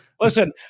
Listen